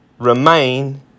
remain